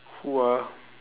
who ah